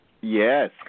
Yes